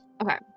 Okay